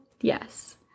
yes